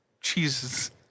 Jesus